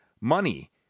money